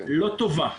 לא טובה.